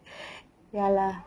ya lah